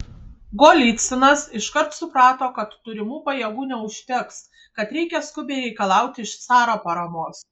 golycinas iškart suprato kad turimų pajėgų neužteks kad reikia skubiai reikalauti iš caro paramos